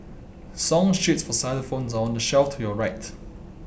song sheets for xylophones are on the shelf to your right